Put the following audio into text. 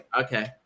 okay